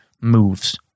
moves